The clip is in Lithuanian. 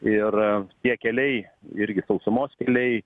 ir tie keliai irgi sausumos keliai